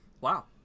Wow